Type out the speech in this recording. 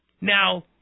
now